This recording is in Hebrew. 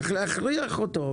צריך להכריח אותו.